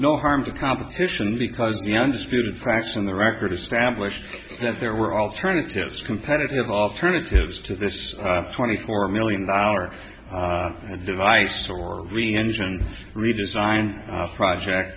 no harm to competition because the undisputed facts in the record established that there were alternatives competitive alternatives to this twenty four million dollar device or the engine redesigned project